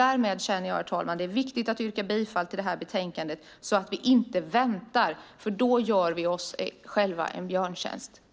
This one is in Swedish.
Därför känner jag att det är viktigt att yrka bifall till förslaget i det här betänkandet så att vi inte väntar, för då gör vi oss själva en björntjänst.